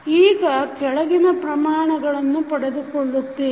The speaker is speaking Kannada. ಈಗ ಕೆಳಗಿನ ಪ್ರಮಾಣಗಳನ್ನು ಪಡೆದುಕೊಳ್ಳುತ್ತೇವೆ